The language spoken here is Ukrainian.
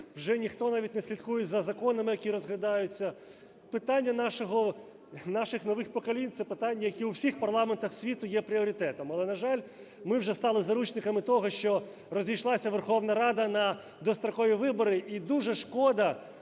вже ніхто навіть не слідкує за законами, які розглядаються. Питання наших нових поколінь - це питання, як і в усіх парламентах світу, є пріоритетом. Але, на жаль, ми вже стали заручниками того, щоб розійшлася Верховна Рада на дострокові вибори, і дуже шкода,